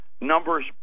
numbers